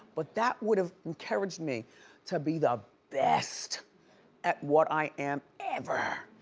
but that would have encouraged me to be the best at what i am ever.